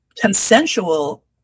Consensual